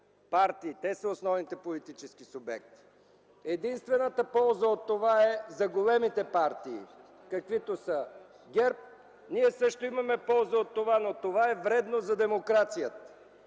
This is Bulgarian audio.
партии. Те са основните политически субекти. Единствената полза от това е за големите партии, каквато е ГЕРБ. Ние също имаме полза от това, но това е вредно за демокрацията.